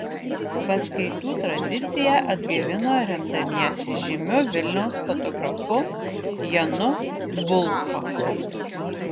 paskaitų tradiciją atgaivino remdamiesi žymiu vilniaus fotografu janu bulhaku